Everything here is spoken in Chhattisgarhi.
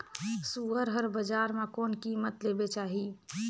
सुअर हर बजार मां कोन कीमत ले बेचाही?